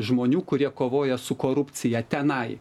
žmonių kurie kovoja su korupcija tenai